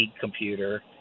computer